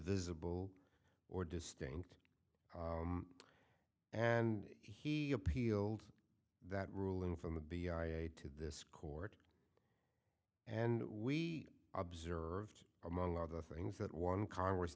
visible or distinct and he appealed that ruling from the b i a to this court and we observed among other things that one congress